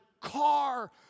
car